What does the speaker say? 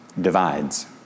divides